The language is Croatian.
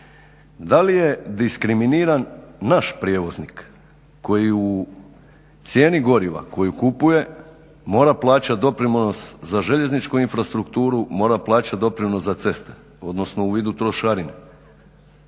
da li je diskriminiran naš prijevoznik koji u cijeni goriva koju kupuje mora plaćati doprinos za željezničku infrastrukturu, mora plaćati doprinos za ceste, odnosno u vidu trošarine.